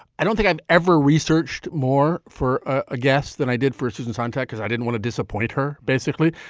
i don't think i've ever researched more for a guest than i did for susan sontag because i didn't want to disappoint her, basically.